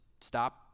stop